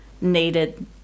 needed